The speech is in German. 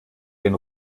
den